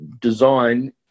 design